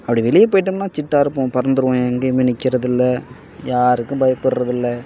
அப்படி வெளியே போயிட்டோம்னால் சிட்டாக இருப்போம் பறந்துடுவோம் எங்கேயுமே நிற்கிறதுல்ல யாருக்கும் பயப்படறதில்ல